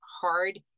hard